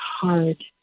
hard